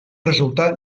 resultar